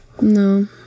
No